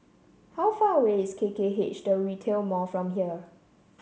how far away is K K H The Retail Mall from here